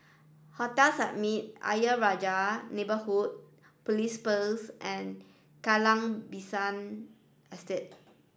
Hotel Summit Ayer Rajah Neighbourhood Police Post and Kallang Basin Estate